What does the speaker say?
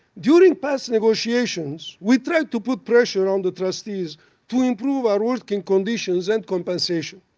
during past negotiations, we tried to put pressure on the trustees to improve our working conditions and compensation.